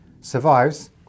survives